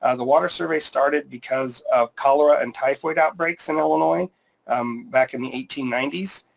and the water survey started because of cholera and typhoid outbreaks in illinois um back in the eighteen ninety s.